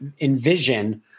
envision